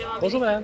Bonjour